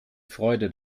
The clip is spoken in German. freude